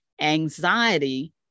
anxiety